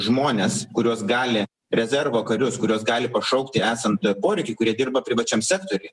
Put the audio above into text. žmones kuriuos gali rezervo karius kuriuos gali pašaukti esant poreikiui kurie dirba privačiam sektoriuj